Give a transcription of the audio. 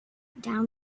down